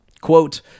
Quote